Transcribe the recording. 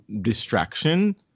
distraction